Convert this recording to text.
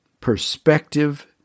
perspective